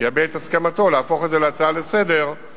יביע את הסכמתו להפוך את זה להצעה לסדר-היום,